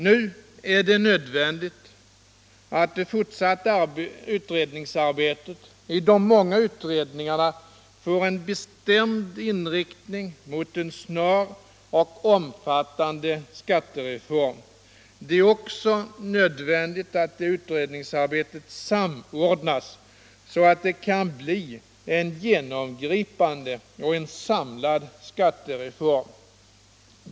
Nu är det nödvändigt att det fortsatta utredningsarbetet i de många utredningarna får en bestämd inriktning mot en klar och omfattande skattereform. Det är också nödvändigt att utredningsarbetet samordnas så att det kan bli en genomgripande och samlad skattereform.